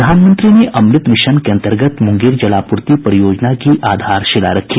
प्रधानमंत्री ने अमृत मिशन के अंतर्गत मुंगेर जलापूर्ति परियोजना की आधारशिला रखी